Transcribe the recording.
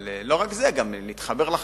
אבל לא רק זה, גם להתחבר לחיים.